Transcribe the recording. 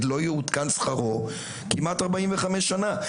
לא יעודכן שכרו כמעט ארבעים וחמש שנה.